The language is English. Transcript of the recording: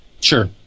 Sure